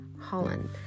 Holland